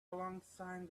alongside